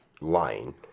lying